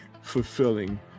fulfilling